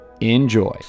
Enjoy